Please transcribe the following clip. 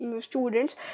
students